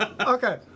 Okay